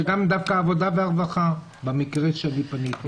זה גם דווקא עבודה ורווחה, במקרה שאני פניתי.